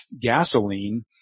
gasoline